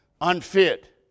unfit